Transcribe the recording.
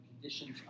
conditions